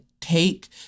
take